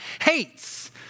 hates